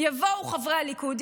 יבואו חברי הליכוד,